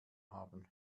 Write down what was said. haben